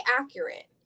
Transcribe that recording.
accurate